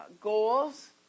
goals